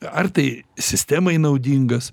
ar tai sistemai naudingas